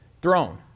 throne